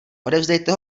odevzdejte